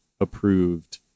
approved